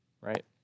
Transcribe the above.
right